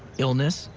illness,